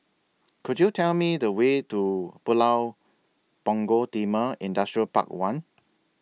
Could YOU Tell Me The Way to Pulau Punggol Timor Industrial Park one